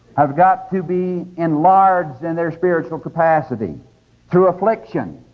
have got to be enlarged in their spiritual capacity through affliction,